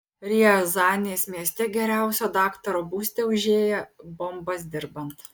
riazanės mieste geriausio daktaro būste užėję bombas dirbant